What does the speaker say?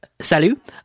Salut